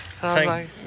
Thank